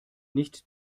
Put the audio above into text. nicht